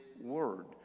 word